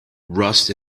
rust